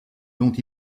dont